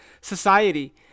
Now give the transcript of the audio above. society